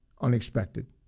unexpected